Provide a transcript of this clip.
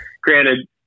Granted